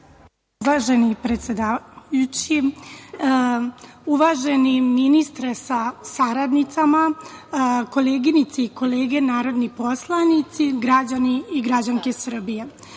Uvaženi predsedavajući, uvaženi ministre sa saradnicima, koleginice i kolege narodni poslanici, građani i građanke Srbije,